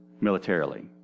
militarily